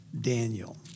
Daniel